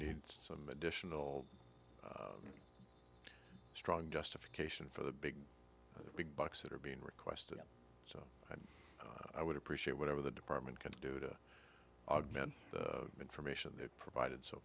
need some additional strong justification for the big big bucks that are being requested i would appreciate whatever the department can do to augment the information they've provided so